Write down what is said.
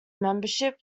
membership